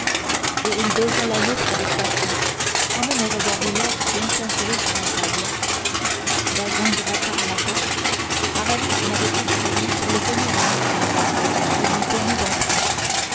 et il baisait la lettre avec passion sans même regarder l'or qui étincelait sur la table bazin gratta à la porte aramis n'avait plus de raison pour le tenir à distance il lui permit d'entrer